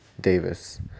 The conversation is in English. Davis